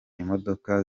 imodoka